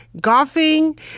golfing